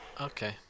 Okay